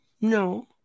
No